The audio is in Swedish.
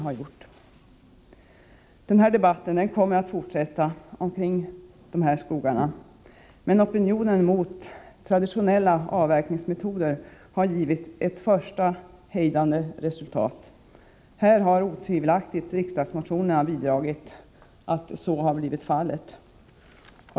Debatten om dessa skogar kommer att fortsätta, men opinionen mot traditionella avverkningsmetoder har givit ett första hejdande resultat. Riksdagsmotionerna har otvivelaktigt bidragit till att så har blivit fallet.